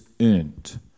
earned